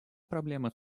проблема